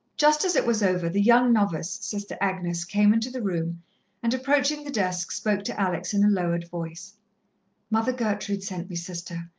just as it was over, the young novice, sister agnes, came into the room and, approaching the desk, spoke to alex in a lowered voice mother gertrude sent me, sister.